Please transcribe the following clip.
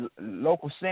Local